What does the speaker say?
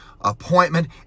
appointment